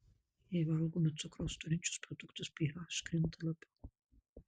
jei valgome cukraus turinčius produktus ph krinta labiau